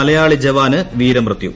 മലയാളി ജവാന് വീരമൃത്യു